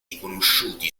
riconosciuti